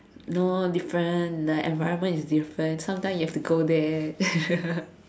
no different the environment is different sometime you have to go there